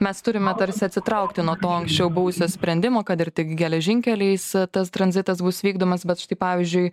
mes turime tarsi atsitraukti nuo to anksčiau buvusio sprendimo kad ir tik geležinkeliais tas tranzitas bus vykdomas bet štai pavyzdžiui